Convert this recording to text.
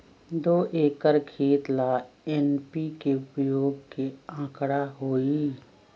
दो एकर खेत ला एन.पी.के उपयोग के का आंकड़ा होई?